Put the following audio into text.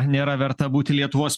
nėra verta būti lietuvos